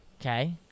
Okay